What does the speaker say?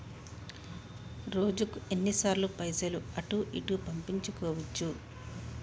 రోజుకు ఎన్ని సార్లు పైసలు అటూ ఇటూ పంపించుకోవచ్చు?